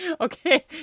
Okay